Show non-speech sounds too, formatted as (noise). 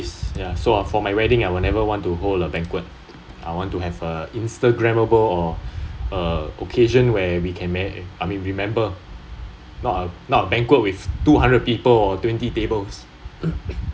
it is ya so for my wedding I will never want to hold a bouquet I want to have a instagramable or a occasion where we can mea~ I mean remember not a not a banquet with two hundred people or twenty tables (coughs)